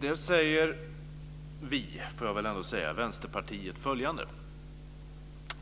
Vänsterpartiet säger där följande: